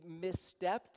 misstepped